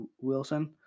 Wilson